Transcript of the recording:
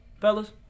fellas